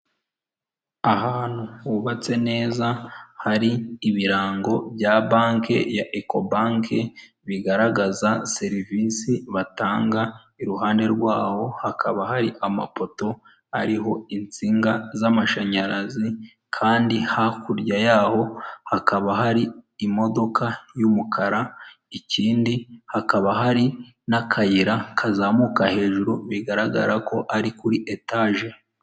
Ahantu hubatse neza hari ibirango bya banki ya ekobanke bigaragaza serivisi batanga, iruhande rwaho hakaba hari amapoto ariho insinga z'amashanyarazi kandi hakurya yaho hakaba hari imodoka y'umukara, ikindi hakaba hari n'akayira kazamuka hejuru bigaragara ko ari kuri etaje.